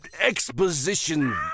exposition